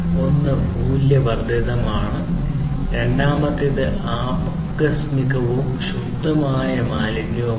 ഒന്ന് മൂല്യവർദ്ധിതമാണ്